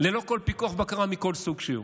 ללא כל פיקוח ובקרה מכל סוג שהוא.